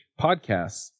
podcasts